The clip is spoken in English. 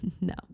No